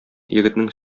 егетнең